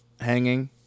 hanging